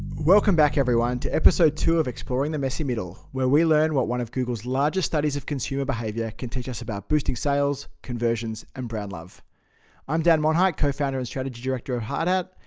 welcome back, everyone, to episode two of exploring the messy middle, where we learn what one of google's largest studies of consumer behavior can teach us about boosting sales, conversions, and brand love um dan monheit, co-founder and strategy director of hardhat.